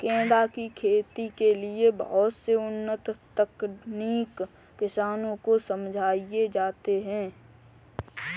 गेंदा की खेती के लिए बहुत से उन्नत तकनीक किसानों को समझाए जाते हैं